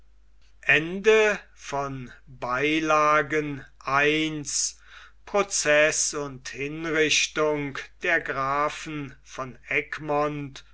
i proceß und hinrichtung der grafen von egmont